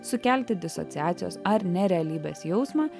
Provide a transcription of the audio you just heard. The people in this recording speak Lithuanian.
sukelti disociacijos ar nerealybės jausmą